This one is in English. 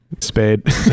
Spade